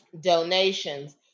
donations